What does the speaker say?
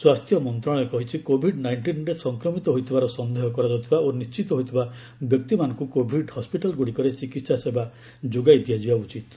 ସ୍ୱାସ୍ଥ୍ୟ ମନ୍ତ୍ରଣାଳୟ କହିଛି କୋଭିଡ୍ ନାଇଷ୍ଟିନ୍ରେ ସଂକ୍ରମିତ ହୋଇଥିବାର ସନ୍ଦେହ କରାଯାଉଥିବା ଓ ନିଣ୍ଢିତ ହୋଇଥିବା ବ୍ୟକ୍ତିମାନଙ୍କୁ କୋଭିଡ୍ ହସ୍ୱିଟାଲ୍ଗୁଡ଼ିକରେ ଚିକିତ୍ସାସେବା ଯୋଗାଇ ଦିଆଯିବା ଉଚିତ୍